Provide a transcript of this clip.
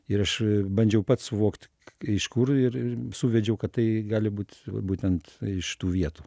ir aš bandžiau pats suvokt iš kur ir ir suvedžiau kad tai gali būt būtent iš tų vietų